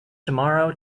tomorrow